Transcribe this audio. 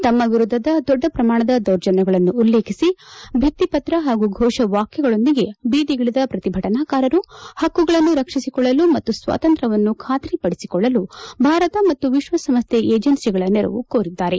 ತಮ್ಮ ವಿರುದ್ದದ ದೊಡ್ಡ ಪ್ರಮಾಣದ ದೌರ್ಜನ್ಯಗಳನ್ನು ಉಲ್ಲೇಖಿಸಿ ಭಿತ್ತಿ ಪತ್ರ ಹಾಗೂ ಘೋಷವಾಕ್ಯಗಳೊಂದಿಗೆ ಬೀದಿಗಿಳಿದ ಪ್ರತಿಭಟನಕಾರಾರು ಪಕ್ಕುಗಳನ್ನು ರಕ್ಷಿಸಿಕೊಳ್ಳಲು ಮತ್ತು ಸ್ವಾತಂತ್ರ್ವವನ್ನು ಬಾತ್ರಿಪಡಿಸಿಕೊಳ್ಳಲು ಭಾರತ ಮತ್ತು ವಿಶ್ವ ಸಂಸ್ವೆ ಏಜೆನ್ಸಿಗಳ ನೆರವು ಕೋರಿದ್ದಾರೆ